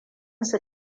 su